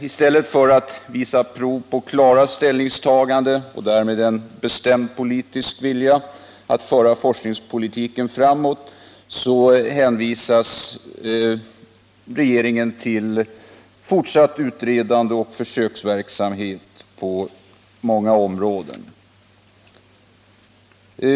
I stället för att visa prov på klara ställningstaganden och därmed en bestämd vilja att föra forskningspolitiken framåt hänvisar regeringen till fortsatt utredande och försöksverksamhet på många områden.